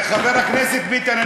חבר הכנסת ביטן,